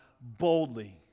boldly